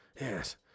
Yes